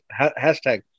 hashtag